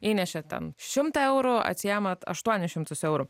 įnešėt ten šimtą eurų atsiemat aštuonis šimtus eurų